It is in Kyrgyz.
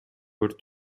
өрт